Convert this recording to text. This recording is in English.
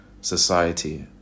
society